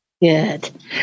Good